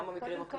גם במקרים הקשים.